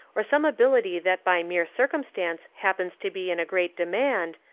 or some ability that by mere circum stance happens to be in a great demand,